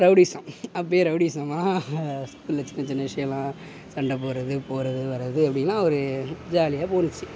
rowdyism அப்பையே ரௌடிசமாக ஸ்கூலில் சின்ன சின்ன விஷியோலான் சண்டை போட்றது போறது வரது அப்படின்லாம் ஒரு ஜாலியாக போணுச்சு